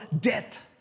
death